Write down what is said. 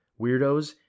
weirdos